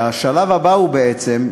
השלב הבא הוא בעצם,